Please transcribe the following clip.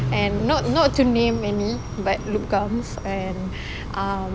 and not not to name any but Loop Garms and um